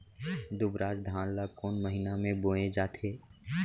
दुबराज धान ला कोन महीना में बोये जाथे?